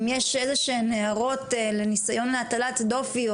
אם יש איזשהן הערות לניסיון להטלת דופי,